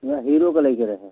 हमरा हीरोके लैके रहै